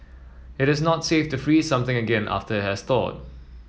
it is not safe to freeze something again after it has thawed